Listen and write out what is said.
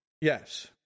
Yes